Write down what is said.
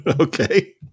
okay